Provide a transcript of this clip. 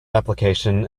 application